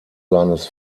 seines